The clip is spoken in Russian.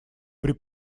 при